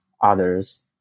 others